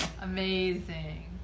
Amazing